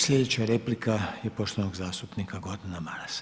Sljedeća replika je poštovanog zastupnika Gordana Marasa.